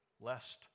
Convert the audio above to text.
lest